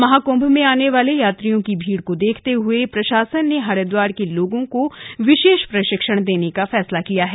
महाकुंभ में आने वाले यात्रियों की भीड़ को देखते हुए प्रशासन ने हरिद्वार के लोगों को विशेष प्रशिक्षण देने का फैसला किया है